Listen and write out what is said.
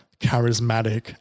charismatic